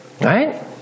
Right